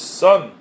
son